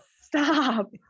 Stop